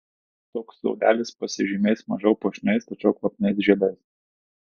toks sodelis pasižymės mažiau puošniais tačiau kvapniais žiedais